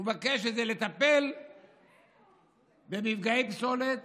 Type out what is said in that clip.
הוא מבקש את זה כדי לטפל במפגעי פסולת